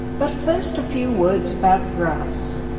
but first a few words about grass.